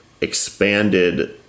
expanded